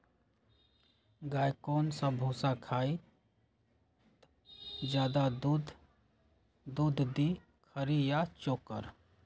गाय कौन सा भूसा खाई त ज्यादा दूध दी खरी या चोकर?